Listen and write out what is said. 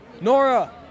Nora